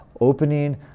Opening